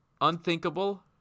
unthinkable